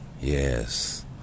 Yes